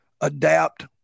adapt